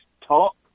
talk